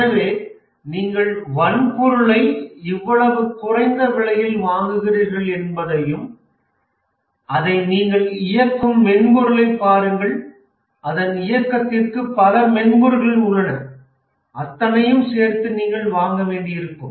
எனவே நீங்கள் வன்பொருளை இவ்வளவு குறைந்த விலையில் வாங்குகிறீர்கள் என்பதையும் அதை நீங்கள் இயக்கும் மென்பொருளைப் பாருங்கள் அதன் இயக்கத்திற்கு பல மென்பொருட்கள் உள்ளன அத்தனையும் சேர்த்து நீங்கள் வாங்க வேண்டியிருக்கும்